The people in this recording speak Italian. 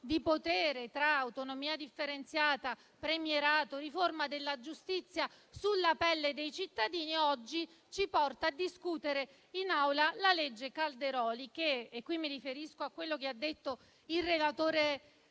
di potere tra autonomia differenziata, premierato e riforma della giustizia sulla pelle dei cittadini, oggi ci porta a discutere in Aula il disegno di legge Calderoli, che - in questo faccio riferimento a quello che ha detto il relatore